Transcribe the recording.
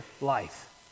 life